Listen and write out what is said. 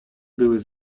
były